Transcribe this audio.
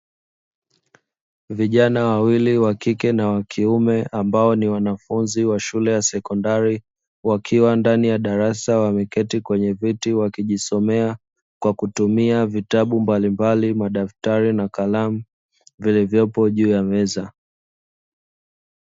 Vijana wawili wa kike na wa kiume ambao ni wanafunzi wa shule ya sekondari, wakiwa ndani ya darasa wameketi kwenye viti wakijisomea kwa kutumia vitabu mbalimbali, madaftari na kalamu vilivyopo juu ya meza.